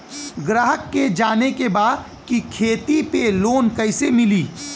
ग्राहक के जाने के बा की खेती पे लोन कैसे मीली?